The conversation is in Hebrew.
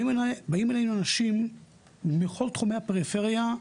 באים אלינו אנשים מכל תחומי הפריפריה,